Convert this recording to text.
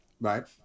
Right